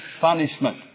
punishment